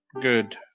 good